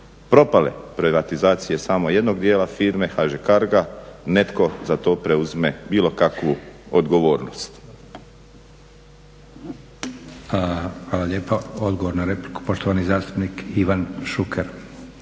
propale privatizacije samo jednog dijela firme, HŽ carga, netko za to preuzme bilo kakvu odgovornost.